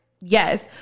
Yes